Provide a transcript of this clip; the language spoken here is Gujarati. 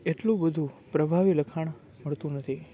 એટલું બધું પ્રભાવી લખાણ મળતું નથી